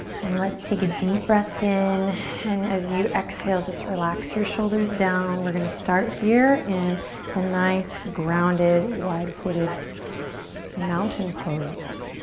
and let's take a deep breath in and as you exhale just relax your shoulders down. we're gonna start here in a and nice grounded wide-footed mountain pose.